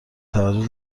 توجه